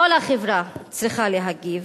כל החברה צריכה להגיב.